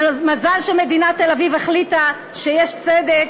מזל שמדינת תל-אביב החליטה שיש צדק